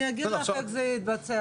אני אגיד לך איך זה יתבצע.